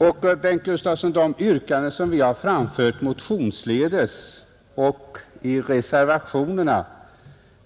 Och, herr Bengt Gustavsson, de yrkanden som vi har framfört motionsledes och i reservationerna